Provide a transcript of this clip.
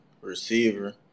receiver